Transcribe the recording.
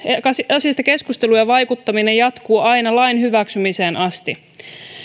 asiasta keskustelu ja vaikuttaminen jatkuvat aina lain hyväksymiseen asti